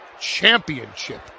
championship